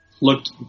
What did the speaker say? looked